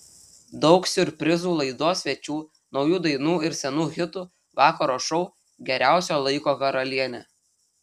daug siurprizų laidos svečių naujų dainų ir senų hitų vakaro šou geriausio laiko karalienė